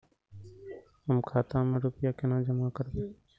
हम खाता में रूपया केना जमा करबे?